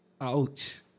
Ouch